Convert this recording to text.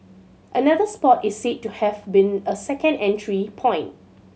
another spot is said to have been a second entry point